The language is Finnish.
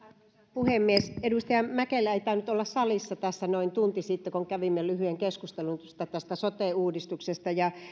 puhemies edustaja mäkelä ei tainnut olla salissa tässä noin tunti sitten kun kävimme lyhyen keskustelun tästä sote uudistuksesta